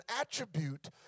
attribute